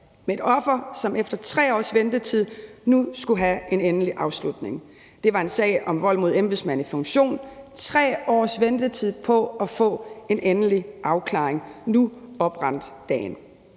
med et offer, som efter 3 års ventetid nu skulle have en endelig afslutning. Det var en sag om vold mod embedsmænd i funktion. Der var 3 års ventetid på at få en endelig afklaring, og nu oprandt dagen.